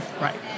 Right